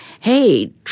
hey